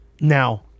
Now